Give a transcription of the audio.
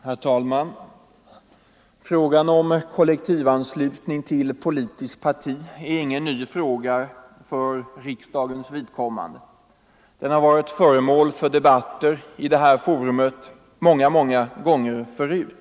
Herr talman! Frågan om kollektivanslutning till politiskt parti är ingen ny fråga för riksdagen. Den har varit föremål för debatter i detta forum många gånger förut.